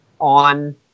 on